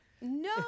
No